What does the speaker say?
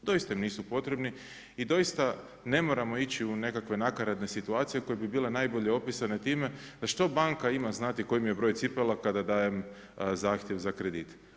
Doista im nisu potrebni i doista ne moramo ići u nekakve nakaradne situacije, koje bi bile najbolje opisane time, da što banka ima znati koji mi je broj cipela, kada dajem zahtjev za kredit.